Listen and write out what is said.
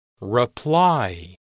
reply